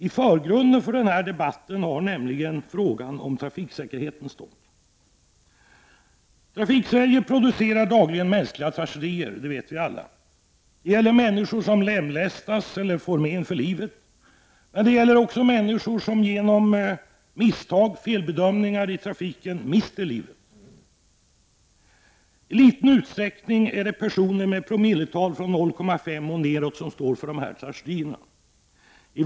I förgrunden för debatten har nämligen frågan om trafiksäkerheten stått. Trafiksverige producerar dagligen mänskliga tragedier. Det vet vi alla. Det gäller människor som lemlästas eller får men för livet, men det gäller också människor som genom misstag/felbedömningar i trafiken mister livet. I liten utsträckning är det personer med promilletal från 0,5 och neråt som står för dessa tragedier.